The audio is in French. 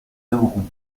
aimerons